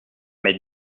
mais